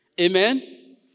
Amen